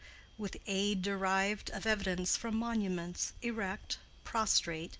with aid derived of evidence from monuments, erect, prostrate,